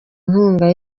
inkunga